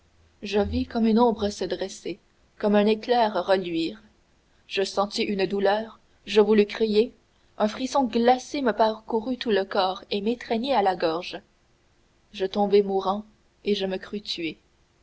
je vis comme une ombre se dresser comme un éclair reluire je sentis une douleur je voulus crier un frisson glacé me parcourut tout le corps et m'étreignit à la gorge je tombai mourant et je me crus tué